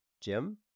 Jim